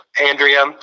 Andrea